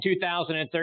2013